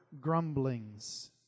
grumblings